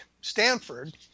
Stanford